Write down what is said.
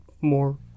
more